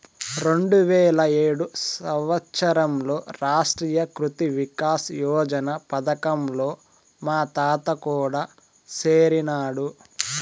రెండువేల ఏడు సంవత్సరంలో రాష్ట్రీయ కృషి వికాస్ యోజన పథకంలో మా తాత కూడా సేరినాడు